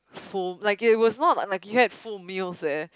full like it was not like like you have full meals there